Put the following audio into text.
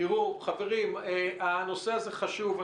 תראו, חברים, הנושא הזה חשוב.